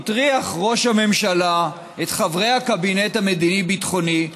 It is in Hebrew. הטריח ראש הממשלה את חברי הקבינט המדיני-ביטחוני,